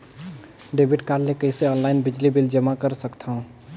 Debit card ले कइसे online बिजली बिल जमा कर सकथव?